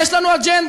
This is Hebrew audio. יש לנו אג'נדה.